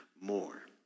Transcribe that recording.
More